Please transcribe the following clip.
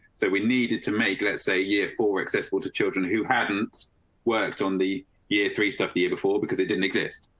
so we needed to make let's say year four accessible to children who hadn't worked on the year three stuff here before because it didn't exist.